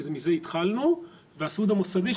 שמזה התחלנו והסיעוד המוסדי,